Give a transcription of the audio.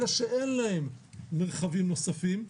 אלה שאין להם מרחבים נוספים,